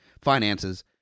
finances